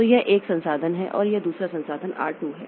तो यह 1 संसाधन है और यह दूसरा संसाधन आर 2 है